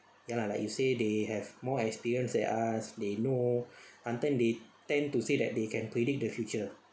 ya lah like you say they have more experience than us they know sometime they tend to say that they can predict the future